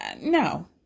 no